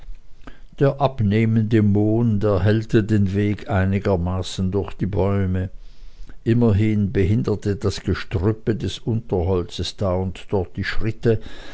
der abnehmende mond erhellte den weg einigermaßen durch die bäume immerhin behinderte das gestrüppe des unterholzes da und dort die schritte